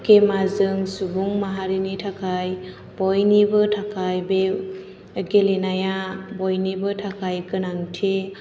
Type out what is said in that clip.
game आ जों सुबुं माहारिनि थाखाय बयनिबो थाखाय बे गेलेनाया बयनिबो थाखाय गोनांथि